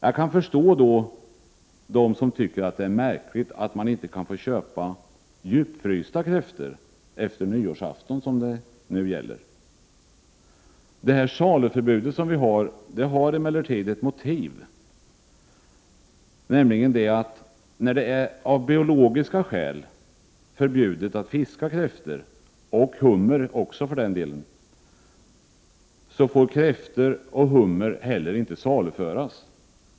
Jag kan förstå dem som tycker det är märkligt att man inte kan få köpa djupfrysta kräftor efter nyårsafton, vilket är det som nu gäller. Det saluförbudet på kräftor har emellertid ett motiv. När det — av biologiska skäl —är förbjudet att fiska kräftor — och även hummer, för den delen — får kräftor och hummer inte heller saluföras.